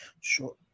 Sure